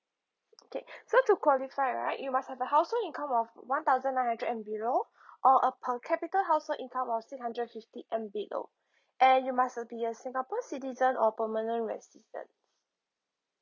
okay so to qualify right you must have a household income of one thousand nine hundred and below or a per capita household income of six hundred and fifty and below and you must uh be a singapore citizen or permanent residents